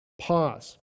pause